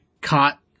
caught